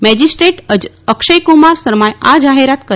magistrate Akshaykumar શર્માએ આ જાહેરાત કરી